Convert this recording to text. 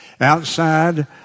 Outside